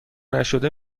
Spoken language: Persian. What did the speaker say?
نشده